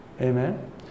Amen